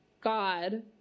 God